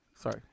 Sorry